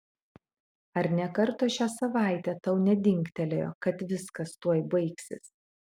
ar nė karto šią savaitę tau nedingtelėjo kad viskas tuoj baigsis